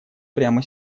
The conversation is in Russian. прямо